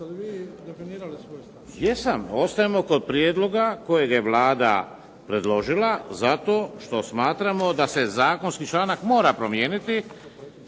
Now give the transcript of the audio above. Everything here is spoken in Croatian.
jeste li vi definirali svoj stav? **Palarić, Antun** Jesam. Ostajemo kod prijedloga kojeg je Vlada predložila zato što smatramo da se zakonski članak mora promijeniti